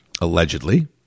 allegedly